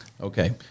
okay